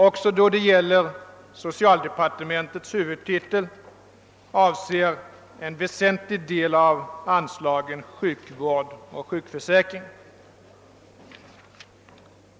Också då det gäller socialdepartementets huvudtitel avser en väsentlig del av anslaget sjukvård och sjukförsäkring.